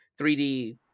3D